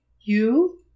You